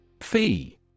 Fee